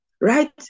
right